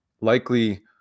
likely